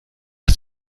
aus